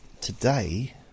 today